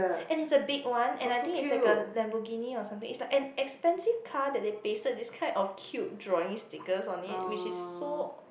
and it's a big one and I think it's like a Lamborghini or something it's like an expensive car that they pasted this kind of cute drawing stickers on it which is so